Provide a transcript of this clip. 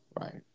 Right